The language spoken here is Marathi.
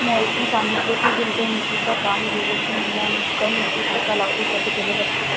मोहितने सांगितले की, गुंतवणूकीच्या कामगिरीचे मूल्यांकन विशिष्ट कालावधीसाठी केले जाते